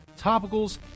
topicals